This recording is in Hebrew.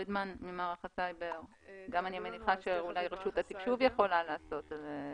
אני מניחה שגם רשות התקשוב יכולה להשיב.